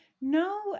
No